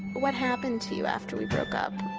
what happened to you after we broke up?